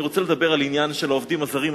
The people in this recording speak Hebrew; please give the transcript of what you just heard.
אני רוצה לדבר על העניין של העובדים הזרים.